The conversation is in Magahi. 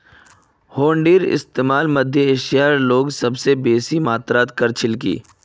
हुंडीक मध्य एशियार लोगला सबस बेसी मात्रात इस्तमाल कर छिल की